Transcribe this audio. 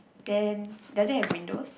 then does it have windows